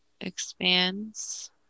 expands